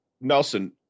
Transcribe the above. Nelson